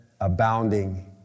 abounding